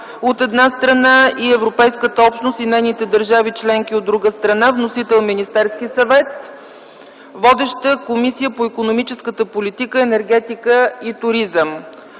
от една страна, и Европейската общност и нейните държави членки, от друга страна. Вносител е Министерският съвет. Водеща е Комисията по икономическата политика, енергетика и туризъм.